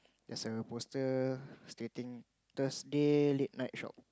there's a poster stating Thursday late night shop